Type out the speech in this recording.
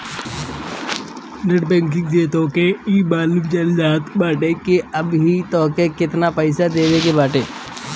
net banking से तोहके इ मालूम चल जात बाटे की अबही तोहके केतना पईसा देवे के बाटे